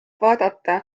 vaadata